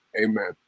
Amen